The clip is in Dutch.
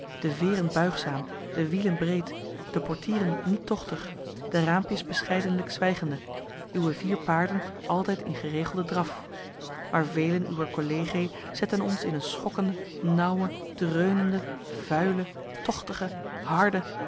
de veeren buigzaam de wielen breed de portieren niet tochtig de raampjes bescheidenlijk zwijgende uwe vier paarden altijd in geregelden draf maar velen uwer collegae zetten ons in een schokkende nauwe dreunende vuile tochtige harde